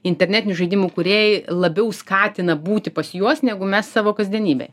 internetinių žaidimų kūrėjai labiau skatina būti pas juos negu mes savo kasdienybėj